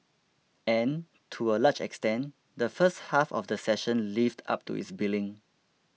and to a large extent the first half of the session lived up to its billing